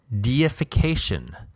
deification